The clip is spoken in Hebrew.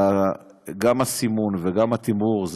את הסימון וגם את התמרור.